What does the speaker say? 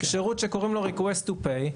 שירות שקוראים לו Request to pay,